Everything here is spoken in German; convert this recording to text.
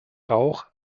rauch